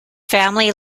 family